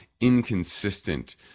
inconsistent